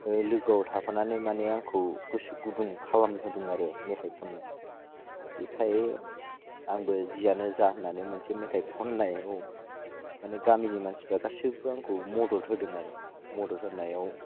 लोगोआव थाफानानै माने आंखौ गोसो गुदुं खालामहोदों आरो मेथाइ खननो बेखायनो आंबो जियानो जा होननानै मोनसे मेथाइ खननायाव माने गामिनि मानसिफ्रा गासैबो आंखौ मदद होदों आरो मदद होनायाव